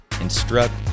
instruct